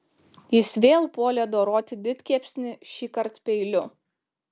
jis vėl puolė doroti didkepsnį šįkart peiliu